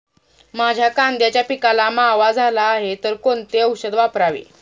माझ्या कांद्याच्या पिकाला मावा झाला आहे तर कोणते औषध वापरावे?